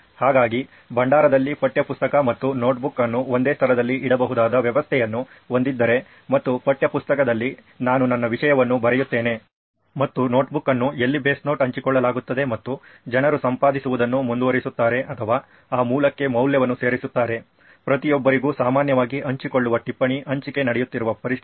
ಹಾಗಾಗಿ ಭಂಡಾರದಲ್ಲಿ ಪಠ್ಯಪುಸ್ತಕ ಮತ್ತು ನೋಟ್ಬುಕ್ ಅನ್ನು ಒಂದೇ ಸ್ಥಳದಲ್ಲಿ ಇಡಬಹುದಾದ ವ್ಯವಸ್ಥೆಯನ್ನು ಹೊಂದಿದ್ದರೆ ಮತ್ತು ಪಠ್ಯಪುಸ್ತಕದಲ್ಲಿ ನಾನು ನನ್ನ ವಿಷಯವನ್ನು ಬರೆಯುತ್ತೇನೆ ಮತ್ತು ನೋಟ್ಬುಕ್ ಅನ್ನು ಎಲ್ಲಿ ಬೇಸ್ ನೋಟ್ ಹಂಚಿಕೊಳ್ಳಲಾಗುತ್ತದೆ ಮತ್ತು ಜನರು ಸಂಪಾದಿಸುವುದನ್ನು ಮುಂದುವರಿಸುತ್ತಾರೆ ಅಥವಾ ಆ ಮೂಲಕ್ಕೆ ಮೌಲ್ಯವನ್ನು ಸೇರಿಸುತ್ತಾರೆ ಪ್ರತಿಯೊಬ್ಬರಿಗೂ ಸಾಮಾನ್ಯವಾಗಿ ಹಂಚಿಕೊಳ್ಳುವ ಟಿಪ್ಪಣಿ ಹಂಚಿಕೆ ನಡೆಯುತ್ತಿರುವ ಪರಿಸ್ಥಿತಿ